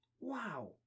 Wow